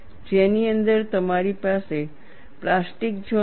જેની અંદર તમારી પાસે પ્લાસ્ટિક ઝોન છે